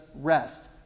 rest